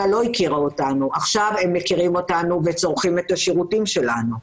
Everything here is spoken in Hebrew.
לא הכירו אותנו ועכשיו הם מכירים אותנו וצורכים את השירותים שלנו.